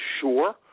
sure